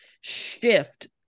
shift